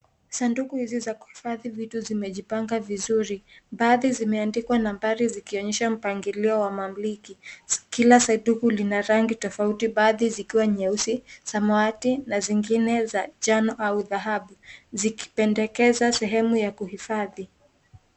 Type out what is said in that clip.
Sanduku hizi za kuhifadhi vitu vimejipanga vizuri, baadhi zimeandikwa nambari zikionyesha mpangilio wa mamliki, kila sanduku lina rangi tofauti baadhi zikiwa nyeusi, samawati na zingine za kijani au dhahabu zikipendekeza sehemu ya kuhifadhi.